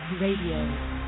RADIO